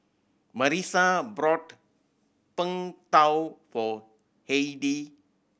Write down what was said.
Marisa bought Png Tao for Heidi